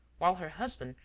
while her husband,